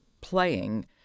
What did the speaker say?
playing